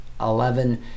Eleven